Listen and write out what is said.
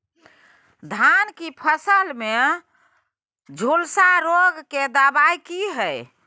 धान की फसल में झुलसा रोग की दबाय की हय?